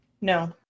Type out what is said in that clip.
No